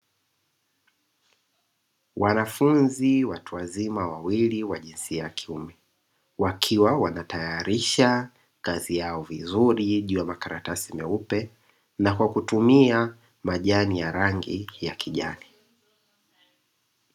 Wanafunzi watu wazima wawili wa jinsia ya kiume wakiwa wanatayarisha kazi yao vizuri juu ya makaratasi meupe, na kwa kutumia majani ya rangi ya kijani.